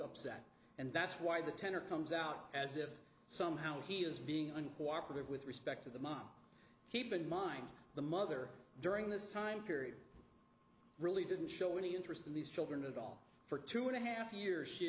upset and that's why the tenor comes out as if somehow he is being uncooperative with respect to the mom keep in mind the mother during this time period really didn't show any interest in these children of all for two and a half years she